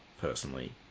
personally